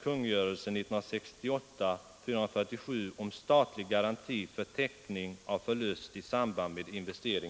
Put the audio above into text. Vidare yrkar jag att riksdagen i anledning av motionen